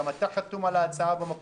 כי גם אתה חתום על ההצעה במקור.